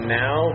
now